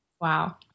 Wow